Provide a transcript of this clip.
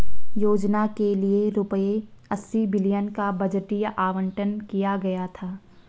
योजना के लिए रूपए अस्सी बिलियन का बजटीय आवंटन किया गया था